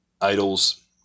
idols